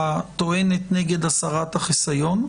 הטוענת נגד הסרת החיסיון,